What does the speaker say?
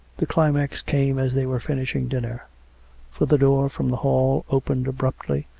the climax came as they were finishing dinner for the door from the hall opened abruptly,